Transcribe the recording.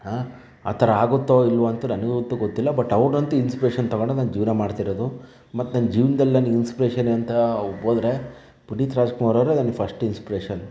ಆ ಥರ ಆಗತ್ತೋ ಇಲ್ಲವೋ ಅಂತ ನನಗಂತೂ ಗೊತ್ತಿಲ್ಲ ಬಟ್ ಅವರನ್ನಂತೂ ಇನ್ಸ್ಪಿರೇಷನ್ ತೊಗೊಂಡು ನಾನು ಜೀವನ ಮಾಡ್ತಿರೋದು ಮತ್ತು ನನ್ನ ಜೀವನದಲ್ಲಿ ನನ್ನ ಇನ್ಸ್ಪಿರೇಷನ್ ಅಂತ ಹೋದರೆ ಪುನೀತ್ ರಾಜ್ಕುಮಾರ್ ಅವರೇ ನನಗೆ ಫಸ್ಟ್ ಇನ್ಸ್ಪಿರೇಷನ್